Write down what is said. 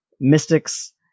mystics